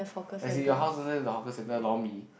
as in your house don't have the hawker centre lor mee